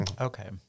Okay